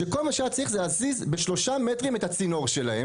שכל מה שהיה צריך זה להזיז בשלושה מטרים את הצינור שלהם,